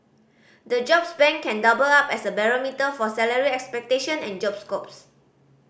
the jobs bank can double up as a barometer for salary expectation and job scopes